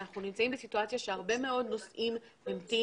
אנחנו נמצאים בסיטואציה שהרבה מאוד נושאים המתינו.